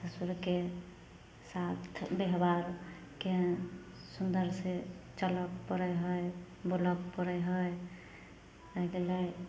ससुरके साथ व्यवहार केहेन सुन्दर से चलऽ पड़ै हइ